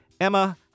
Emma